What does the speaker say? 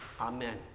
Amen